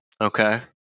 Okay